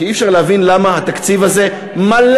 כי אי-אפשר להבין למה התקציב הזה מלא,